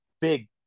big